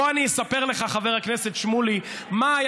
בוא אני אספר לך, חבר הכנסת שמולי, מה היה.